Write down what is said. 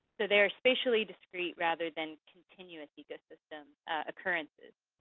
they are spatially discreet rather than continuously distant occurrences.